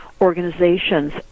organizations